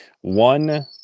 one